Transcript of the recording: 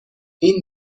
این